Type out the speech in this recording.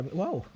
wow